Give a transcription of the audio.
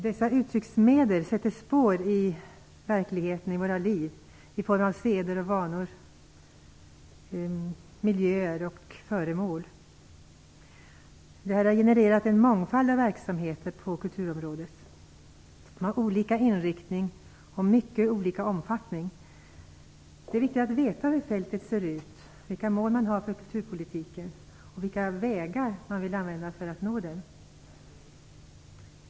Dessa uttrycksmedel sätter spår i verkligheten, i våra liv, i form av seder, vanor, miljöer och föremål. Det har genererat en mångfald av verksamheter på kulturområdet. De har olika inriktning och mycket olika omfattning. Det är viktigt att veta hur fältet ser ut, vilka mål man har för kulturpolitiken och vilka vägar man vill använda för att nå dem.